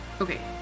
Okay